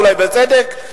אולי בצדק,